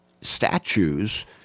statues